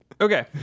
Okay